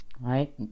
right